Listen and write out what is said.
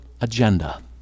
agenda